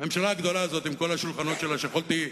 הממשלה הגדולה הזאת, עם כל השולחנות שלה, שיכולתי,